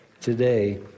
today